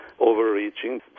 overreaching